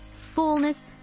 fullness